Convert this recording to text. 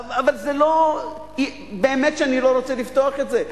אבל באמת שאני לא רוצה לפתוח את זה,